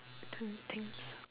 don't think so